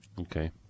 Okay